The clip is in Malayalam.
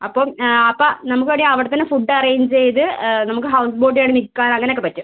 അപ്പം അപ്പം നമുക്ക് വേണ്ടി അവിടെ തന്നെ ഫുഡ് അറേഞ്ച് ചെയ്ത് നമുക്ക് ഹൗസ് ബോട്ടുകളിൽ നിൽക്കാൻ അങ്ങനെ ഒക്കെ പറ്റും